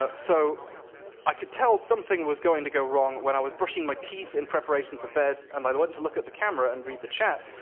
ah so i could tell something was going to go wrong when i was brushing my teeth in preparation for bed, and i went to look at the camera and read the chat,